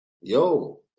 yo